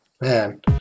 man